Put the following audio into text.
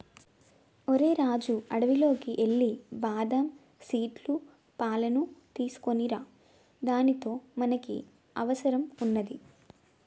ఓరై రాజు అడవిలోకి ఎల్లి బాదం సీట్ల పాలును తీసుకోనిరా దానితో మనకి అవసరం వున్నాది